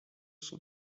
sont